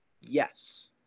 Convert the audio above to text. Yes